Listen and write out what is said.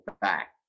back